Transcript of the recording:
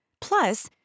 Plus